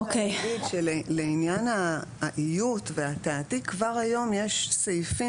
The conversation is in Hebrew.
אני רק אגיד שלעניין האיות והתעתיק כבר היום יש סעיפים